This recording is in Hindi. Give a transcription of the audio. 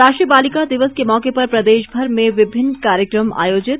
राष्ट्रीय बालिका दिवस के मौके पर प्रदेशभर में विभिन्न कार्यक्रम आयोजित